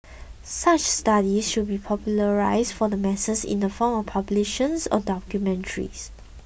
such studies should be popularised for the masses in the form of publications or documentaries